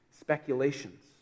speculations